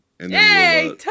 Yay